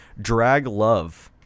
draglove